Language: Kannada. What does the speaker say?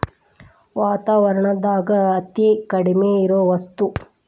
ವಾತಾವರಣದಾಗ ಅತೇ ಕಡಮಿ ಇರು ವಸ್ತು